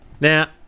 Now